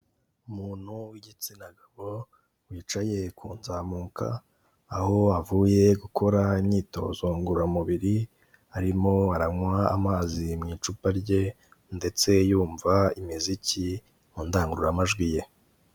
Umuntu w'igitsina gabo wicaye kunzamuka, aho avuye gukora imyitozo ngororamubiri, arimo aranywa amazi mu icupa rye, ndetse yumva imiziki mu ndangururamajwi ye.